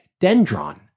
dendron